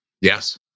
Yes